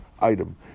item